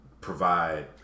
provide